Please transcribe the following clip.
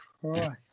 Christ